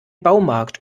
baumarkt